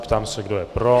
Ptám se, kdo je pro.